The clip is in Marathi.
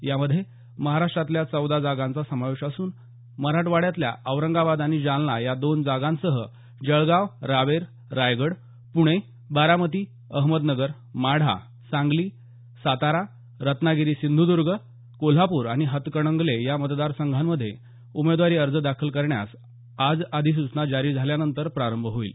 यामध्ये महाराष्ट्रातल्या चौदा जागांचा समावेश असून मराठवाड्यातल्या औरंगाबाद आणि जालना या दोन जागांसह जळगाव रावेर रायगड पुणे बारामती अहमदनगर माढा सांगली सातारा रत्नागिरी सिंधुदर्ग कोल्हापूर आणि हातकणगंले या मतदार संघांमध्ये उमेदवारी अर्ज दाखल करण्यास आज अधिसूचना जारी झाल्यानंतर प्रारंभ होईल